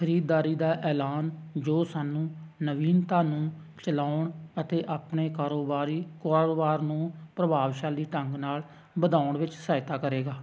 ਖ਼ਰੀਦਦਾਰੀ ਦਾ ਐਲਾਨ ਜੋ ਸਾਨੂੰ ਨਵੀਨਤਾ ਨੂੰ ਚਲਾਉਣ ਅਤੇ ਆਪਣੇ ਕਾਰੋਬਾਰੀ ਕਾਰੋਬਾਰ ਨੂੰ ਪ੍ਰਭਾਵਸ਼ਾਲੀ ਢੰਗ ਨਾਲ ਵਧਾਉਣ ਵਿੱਚ ਸਹਾਇਤਾ ਕਰੇਗਾ